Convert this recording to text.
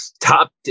top